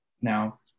now